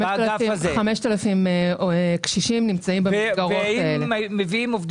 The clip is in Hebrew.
כ-5,000 קשישים קיבלו 250